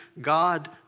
God